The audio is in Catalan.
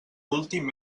últim